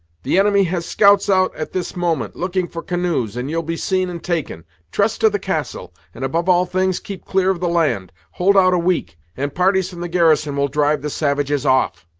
the enemy has scouts out at this moment, looking for canoes, and you'll be seen and taken. trust to the castle and above all things, keep clear of the land. hold out a week, and parties from the garrisons will drive the savages off.